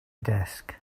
desk